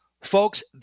Folks